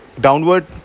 downward